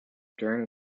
during